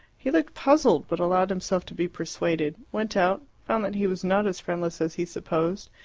he looked puzzled, but allowed himself to be persuaded, went out, found that he was not as friendless as he supposed,